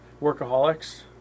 Workaholics